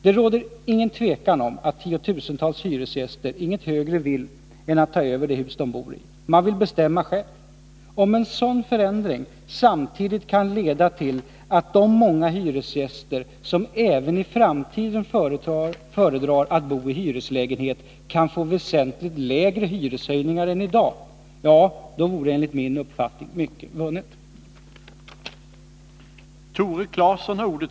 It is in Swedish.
Det råder ingen tvekan om att tiotusentals hyresgäster inget högre vill än att ta över det hus de bor i. Man vill bestämma själv. Om en sådan förändring samtidigt kan leda till att de många hyresgäster som även i framtiden föredrar att bo i hyreslägenhet kan få väsentligt lägre hyreshöjningar än i dag — ja, då vore enligt min uppfattning mycket vunnet.